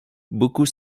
beaucoup